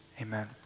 Amen